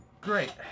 Great